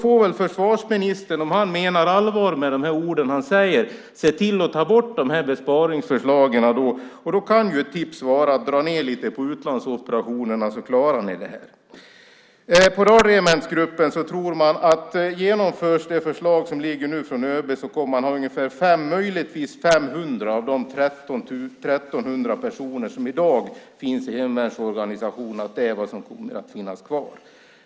Om försvarsministern menar allvar med de här orden får han väl se till att ta bort besparingsförslagen. Då kan ett tips vara att dra ned lite på utlandsoperationerna, så klarar ni det här. På radarregementsgruppen tror man att om det förslag som ligger från ÖB genomförs är möjligtvis 500 av de 1 300 personer som i dag finns i hemvärnsorganisationen vad som kommer att finnas kvar.